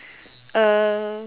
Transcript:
uh